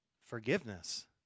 forgiveness